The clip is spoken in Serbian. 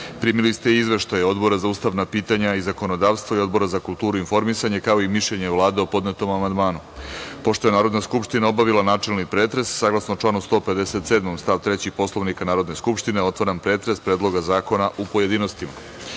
ste Izveštaj Odbora za ustavna pitanja i zakonodavstvo i Odbora za kulturu i informisanje, kao i mišljenje Vlade o podnetom amandmanu. Pošto je Narodna skupština obavila načelni pretres, saglasno članu 157. stav 3. Poslovnika Narodne skupštine, otvaram pretres Predloga zakona u pojedinostima. Na